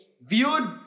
viewed